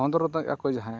ᱠᱷᱚᱸᱫᱽᱨᱚᱱᱮᱜ ᱟᱠᱚ ᱡᱟᱦᱟᱭ